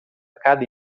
cada